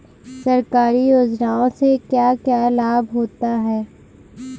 सरकारी योजनाओं से क्या क्या लाभ होता है?